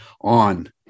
on